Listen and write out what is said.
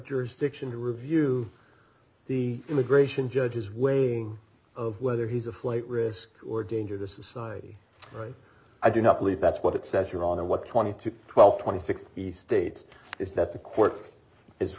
jurisdiction to review the immigration judge his way of whether he's a flight risk or danger to society right i do not believe that's what it says you're on the what twenty to twelve twenty six he states is that the court is